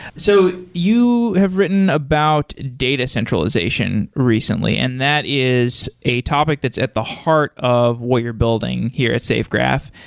so you have written about data centralization recently, and that is a topic that's at the heart of what you're building here at safegraph,